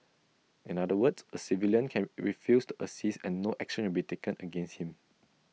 in other words A civilian can refuse to assist and no action will be taken against him